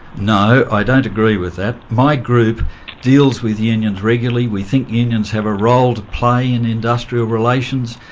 no, i don't agree with that. my group deals with unions regularly. we think unions have a role to play in industrial relations.